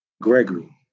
Gregory